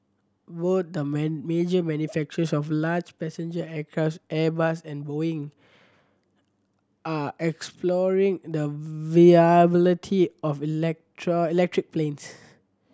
both the man major manufacturers of large passenger aircraft Airbus and Boeing are exploring the viability of electric planes